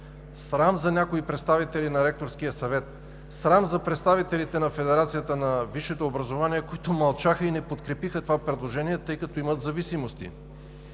Срам за някои представители на Ректорския съвет! Срам за представителите на Федерацията на висшето образование, които мълчаха и не подкрепиха това предложение, тъй като имат зависимости,